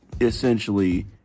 essentially